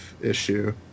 issue